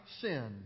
sin